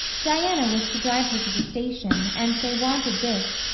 diana was to drive her to the station and they wanted this,